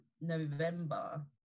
November